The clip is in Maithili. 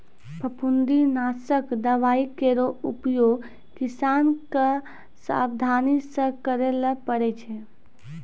फफूंदी नासक दवाई केरो उपयोग किसान क सावधानी सँ करै ल पड़ै छै